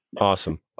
Awesome